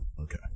Okay